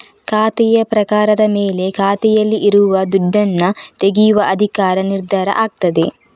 ಖಾತೆಯ ಪ್ರಕಾರದ ಮೇಲೆ ಖಾತೆಯಲ್ಲಿ ಇರುವ ದುಡ್ಡನ್ನ ತೆಗೆಯುವ ಅಧಿಕಾರ ನಿರ್ಧಾರ ಆಗ್ತದೆ